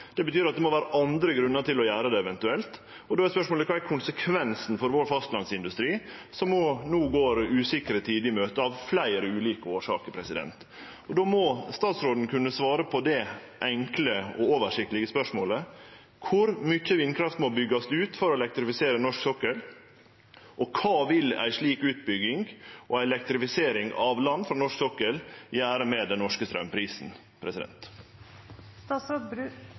Det betyr at det må vere andre grunnar til eventuelt å gjere det, og då er spørsmålet: Kva er konsekvensen for vår fastlandsindustri, som no går usikre tider i møte, av fleire ulike årsaker? Då må statsråden kunne svare på det enkle og oversiktlege spørsmålet: Kor mykje vindkraft må byggjast ut for å elektrifisere norsk sokkel, og kva vil ei slik utbygging og elektrifisering frå land av norsk sokkel gjere med den norske